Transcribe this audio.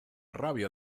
rabia